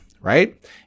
right